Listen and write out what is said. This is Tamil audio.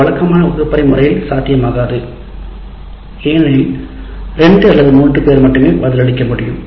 இது வழக்கமான வகுப்பறை முறையில் சாத்தியமாகாது ஏனெனில் 2 அல்லது 3 பேர் மட்டுமே பதில் அளிக்க முடியும்